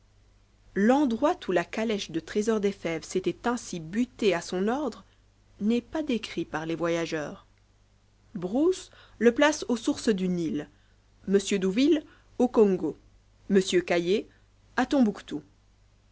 l'endroit où la calèche de trésor des fèves s'était ainsi butée à son ordre n'est pas décrit par les voyageurs bruce le place aux sources du nil m douville au congo et m caillé à tombouctou